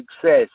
success